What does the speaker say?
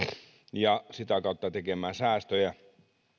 ja sitä kautta tekemään säästöjä